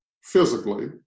physically